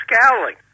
scowling